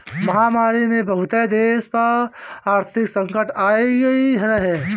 महामारी में बहुते देस पअ आर्थिक संकट आगई रहे